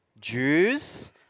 Jews